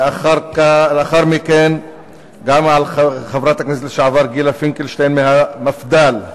לאחר מכן חברת הכנסת לשעבר גילה פינקלשטיין מהמפד"ל,